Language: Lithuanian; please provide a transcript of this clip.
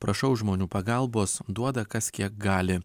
prašau žmonių pagalbos duoda kas kiek gali